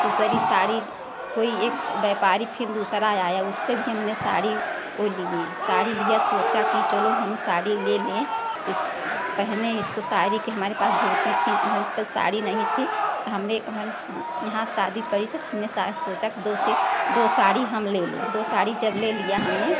दूसरी साड़ी कोई एक व्यापारी फ़िर दूसरा आया उससे भी हम साड़ी उससे भी हमने साड़ी वह ले लिए साड़ी लिया सोचा कि चलो हम साड़ी ले लें इस पहने इसको साड़ी के हमारे पास धोती थी हमें उस पर साड़ी नहीं थी तो हमने हमारे यहाँ शादी पड़ी थी तो हमने शायद सोचा कि दो से दो साड़ी हम ले लें दो साड़ी जब ले लिया हमने